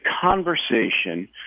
conversation